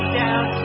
down